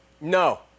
No